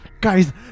Guys